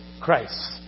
Christ